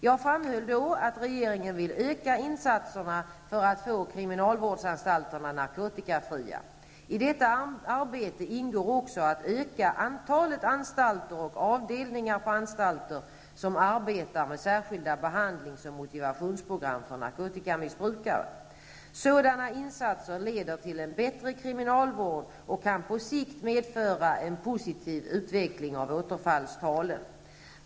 Jag framhöll då att regeringen vill öka insatserna för att få kriminalvårdsanstalterna narkotikafria. I detta arbete ingår också att öka antalet anstalter och avdelningar på anstalter som arbetar med särskilda behandlings och motivationsprogram för narkotikamissbrukare. Sådana insatser leder till en bättre kriminalvård och kan på sikt medföra en positiv utveckling av återfallstalen.